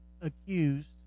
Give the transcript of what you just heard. accused